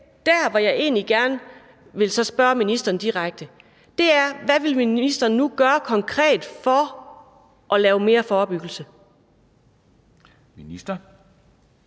Men det, jeg egentlig gerne vil spørge ministeren om direkte, er: Hvad vil ministeren nu gøre konkret for at lave mere forebyggelse? Kl.